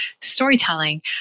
storytelling